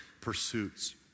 pursuits